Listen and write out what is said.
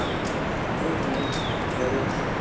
the conclusion is there is